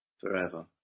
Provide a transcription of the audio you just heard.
forever